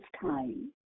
time